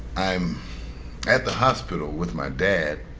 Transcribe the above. i'm at the hospital with my dad